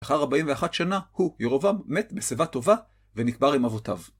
לאחר 41 שנה הוא, ירובעם, מת בשיבה טובה ונקבר עם אבותיו.